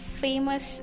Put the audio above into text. famous